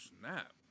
snap